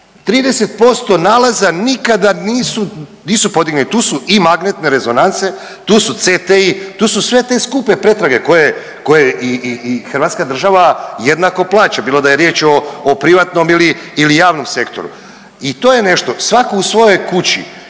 30% nalaza nikada nisu, nisu podignuti, tu su i magnetne rezonance, tu su CT, tu su sve te skupe pretrage koje, koje i hrvatska država jednako plaća bilo da je riječ o privatnom ili javnom sektoru. I to je nešto, svaki u svojoj kući